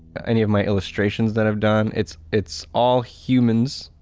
any of my illustrations that i've done. it's it's all humans,